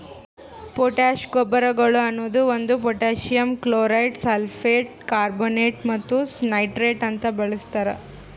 potash ಗೊಬ್ಬರಗೊಳ್ ಅನದು ಒಂದು ಪೊಟ್ಯಾಸಿಯಮ್ ಕ್ಲೋರೈಡ್, ಸಲ್ಫೇಟ್, ಕಾರ್ಬೋನೇಟ್ ಮತ್ತ ನೈಟ್ರೇಟ್ ಅಂತ ಬಳಸ್ತಾರ್